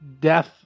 Death